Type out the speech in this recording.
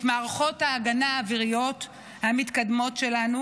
מערכות ההגנה האוויריות המתקדמות שלנו,